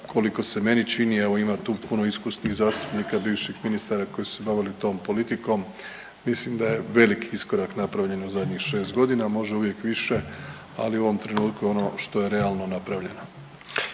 koliko se meni čini ima evo ima tu puno iskusnih zastupnika bivših ministara koji su …/Govornik se ne razumije./… tom politikom. Mislim da je veliki iskorak napravljen u zadnjih šest godina, može uvijek više, ali u ovom trenutku ono što je realno je napravljeno.